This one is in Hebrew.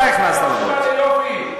אתה הכנסת לבוץ.